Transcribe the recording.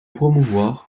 promouvoir